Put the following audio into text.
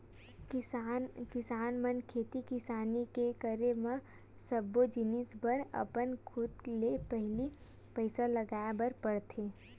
किसान मन खेती किसानी के करे म सब्बो जिनिस बर अपन खुदे ले पहिली पइसा लगाय बर परथे